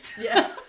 Yes